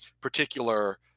particular